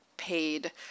paid